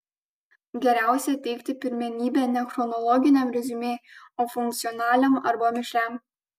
geriausia teikti pirmenybę ne chronologiniam reziumė o funkcionaliam arba mišriam